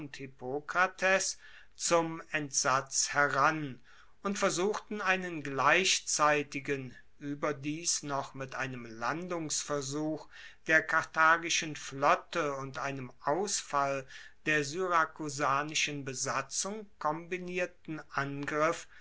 zum entsatz heran und versuchten einen gleichzeitigen ueberdies noch mit einem landungsversuch der karthagischen flotte und einem ausfall der syrakusanischen besatzung kombinierten angriff